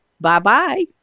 Bye-bye